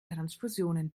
transfusionen